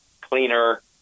cleaner